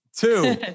Two